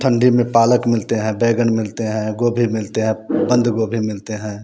ठंडी में पालक मिलते हैं बैगन मिलते हैं गोभी मिलते हैं बंद गोभी मिलते हैं